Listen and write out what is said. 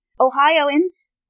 Ohioans